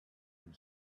and